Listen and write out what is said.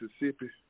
Mississippi